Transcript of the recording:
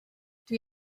dwi